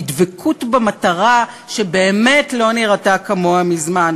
בדבקות במטרה שבאמת לא נראתה כמוה מזמן.